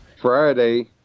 Friday